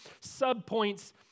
sub-points